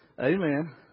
Amen